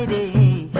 and a